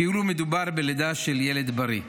כאילו מדובר בלידה של ילד בריא.